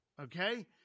Okay